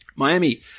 Miami